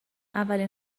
اولین